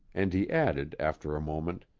and he added after a moment,